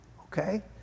okay